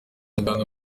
muganda